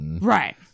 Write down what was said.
right